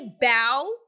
bow